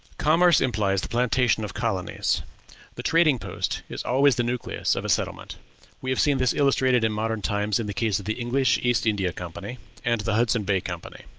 commerce implies the plantation of colonies the trading-post is always the nucleus of a settlement we have seen this illustrated in modern times in the case of the english east india company and the hudson bay company.